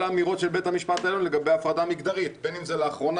כל האמירות של בית המשפט העליון לגבי הפרדה מגדרית אם זה לאחרונה